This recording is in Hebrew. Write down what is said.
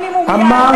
שכר המינימום יעלה,